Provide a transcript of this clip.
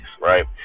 Right